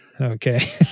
Okay